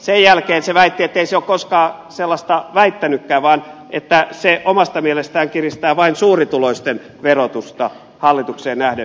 sen jälkeen se väitti ettei se ole koskaan sellaista väittänytkään vaan että se omasta mielestään kiristää vain suurituloisten verotusta hallitukseen nähden